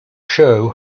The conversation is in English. show